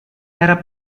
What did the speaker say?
era